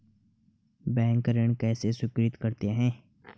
Bank ऋण कैसे स्वीकृत करते हैं?